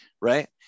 right